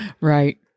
Right